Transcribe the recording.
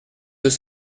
deux